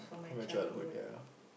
from your childhood ya